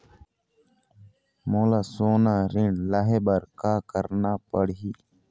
मोला सोना ऋण लहे बर का करना पड़ही?